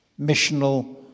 missional